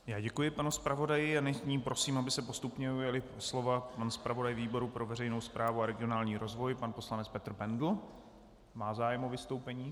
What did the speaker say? Já děkuji panu zpravodaji a nyní prosím, aby se postupně ujali slova pan zpravodaj výboru pro veřejnou správu a regionální rozvoj pan poslanec Petr Bendl má zájem o vystoupení?